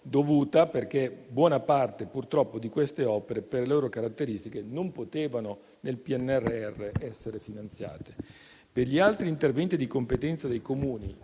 fatto che buona parte di queste opere per le loro caratteristiche purtroppo non potevano nel PNRR essere finanziate. Per gli altri interventi di competenza dei Comuni